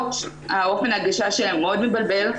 אופן ההגשה של הדוחות מאוד מבלבל.